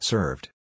Served